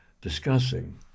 discussing